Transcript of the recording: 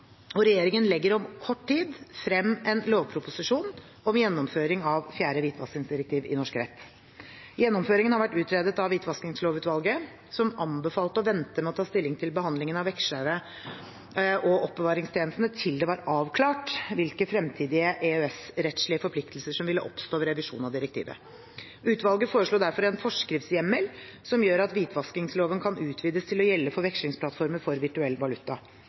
og regjeringen legger om kort tid frem en lovproposisjon om gjennomføring av fjerde hvitvaskingsdirektiv i norsk rett. Gjennomføringen har vært utredet av Hvitvaskingslovutvalget, som anbefalte å vente med å ta stilling til behandlingen av vekslerne og oppbevaringstjenestene til det var avklart hvilke fremtidige EØS-rettslige forpliktelser som ville oppstå ved revisjonen av direktivet. Utvalget foreslo derfor en forskriftshjemmel som gjør at hvitvaskingsloven kan utvides til å gjelde for vekslingsplattformer for virtuell valuta.